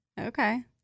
Okay